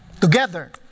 Together